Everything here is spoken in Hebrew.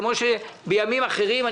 כמו שבימים אחרים,